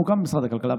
הממוקם במשרד הכלכלה,